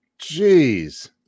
Jeez